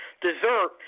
dessert